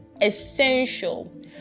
essential